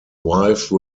wife